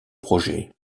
projets